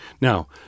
Now